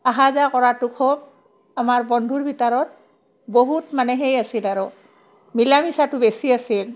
আহা যোৱা কৰাতটো হওক আমাৰ বন্ধুৰ ভিতৰত বহুত মানে সেই আছিল আৰু মিলামিচাটো বেছি আছিল